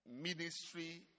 ministry